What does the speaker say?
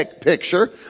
picture